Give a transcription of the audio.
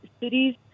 cities